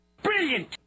Brilliant